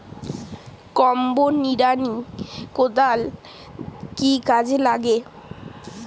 Combo নিড়ানি কোদাল কি কাজে লাগে?